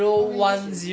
how many years already